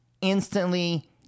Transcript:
instantly